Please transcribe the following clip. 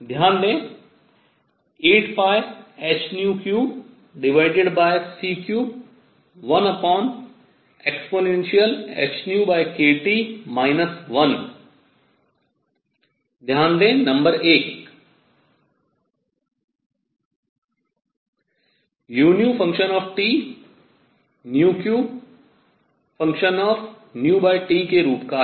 ध्यान दें 8πh3c31 ehνkT 1 ध्यान दें नंबर 1 u 3f के रूप का है